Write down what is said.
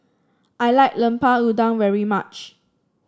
I like Lemper Udang very much